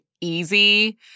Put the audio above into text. easy